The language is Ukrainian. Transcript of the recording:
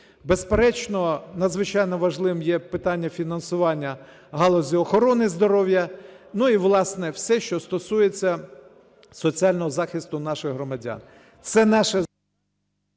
Безперечно, надзвичайно важливим є питання фінансування галузі охорони здоров'я, ну, і, власне, все, що стосується соціального захисту наших громадян.